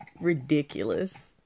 ridiculous